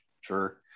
Sure